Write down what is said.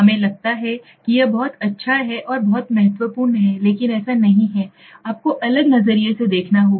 हमें लगता है कि यह बहुत अच्छा है और बहुत महत्वपूर्ण हैलेकिन ऐसा नहीं है आपको अलग नजरिए से देखना होगा